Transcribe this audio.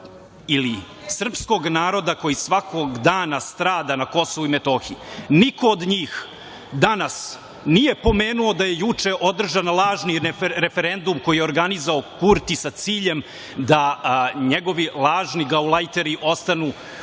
ili srpskog naroda koji svakog dana strada na Kosovu i Metohiji. Niko od njih danas nije pomenuo da je juče održan lažni referendum koji je organizovao Kurti, sa ciljem da njegovi lažni gaulajteri ostanu